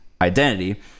identity